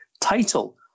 title